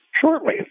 shortly